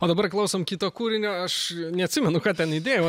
o dabar klausom kito kūrinio aš neatsimenu ką ten įdėjau